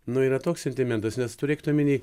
nu yra toks sentimentas nes turėkit omeny